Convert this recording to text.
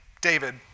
David